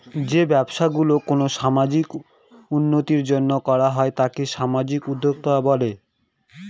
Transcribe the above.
যে ব্যবসা গুলো কোনো সামাজিক উন্নতির জন্য করা হয় তাকে সামাজিক উদ্যক্তা বলে